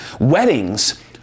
Weddings